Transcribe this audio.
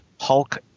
Hulk